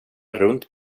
runt